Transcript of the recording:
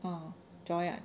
oh joy ah